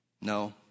No